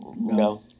No